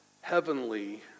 heavenly